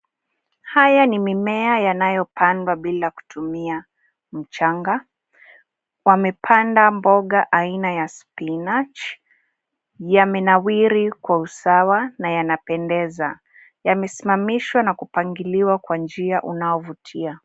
Haya ni mimea yanayopandwa bila kutumia mchanga. Wameoanda mboga aina ya spinach . Yamenawiri kwa usawa na yanapendeza. Yamesimamishwa ka kupangiliwa kwa njia inayovutia.